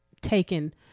taken